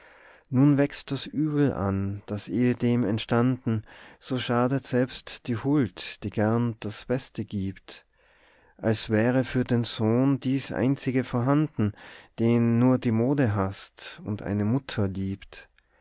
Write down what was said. nun wächst das übel an das ehedem entstanden so schadet selbst die huld die gern das beste gibt als wäre für den sohn dies einzige vorhanden den nur die mode haßt und eine mutter liebt